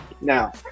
Now